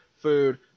food